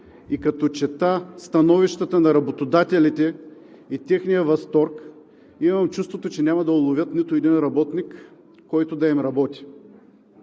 Като чета становищата на работодателите и техния възторг, имам чувството, че няма да уловят нито един работник, който да им работи.